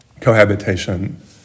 cohabitation